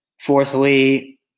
Fourthly